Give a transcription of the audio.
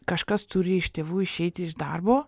kažkas turi iš tėvų išeiti iš darbo